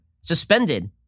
suspended